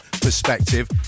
perspective